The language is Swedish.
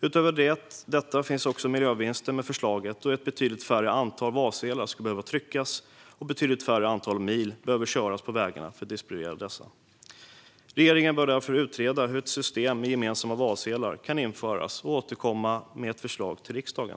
Utöver det finns det miljövinster med förslaget, då ett betydligt mindre antal valsedlar skulle behöva tryckas och då man skulle behöva köra betydligt färre mil på vägarna för att distribuera dessa. Regeringen bör därför utreda hur ett system med gemensamma valsedlar kan införas och återkomma med ett förslag till riksdagen.